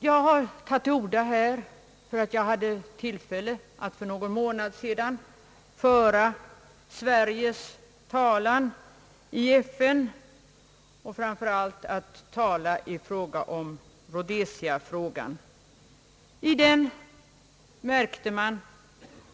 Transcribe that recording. Jag har tagit till orda därför att jag hade tillfälle att för någon månad sedan deltaga i arbetet i FN:s kolonialutskott som svensk delegat och då framför allt i Rhodesiafrågan.